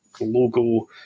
logo